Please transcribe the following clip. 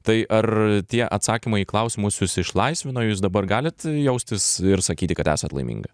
tai ar tie atsakymai į klausimus jus išlaisvino jūs dabar galit jaustis ir sakyti kad esat laiminga